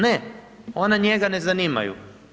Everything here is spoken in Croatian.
Ne, ona njega ne zanimaju.